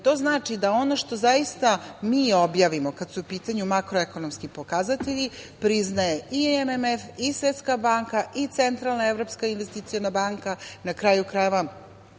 da zaista ono što mi objavimo kad su u pitanju makroekonomski pokazatelji priznaje i MMF i Svetska banka i Centralna evropska investiciona banka, na kraju krajeva